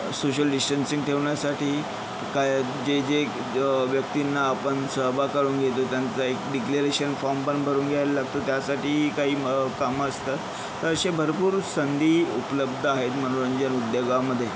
social distancing ठेवण्यासाठी काय जे जे व्यक्तींना आपण सहभाग करून घेतो त्यांचा एक डिक्लेरेशन फॉर्म पण भरून घ्यायला लागतो त्यासाठी काही कामं असतात तर असे भरपूर संधी उपलब्ध आहेत मनोरंजन उद्योगामध्ये